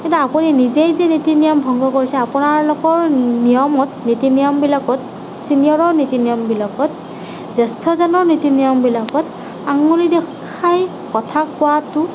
কিন্তু আপুনি নিজেই যে নীতি নিয়ম ভংগ কৰিছে আপোনালোকৰ নিয়মত নীতি নিয়মবিলাকত চিনিয়ৰৰ নীতি নিয়মবিলাকত জ্যেষ্ঠজনৰ নীতি নিয়মবিলাকত আঙুলি দেখাই কথা কোৱাটো